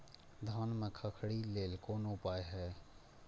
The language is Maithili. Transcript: धान में खखरी लेल कोन उपाय हय?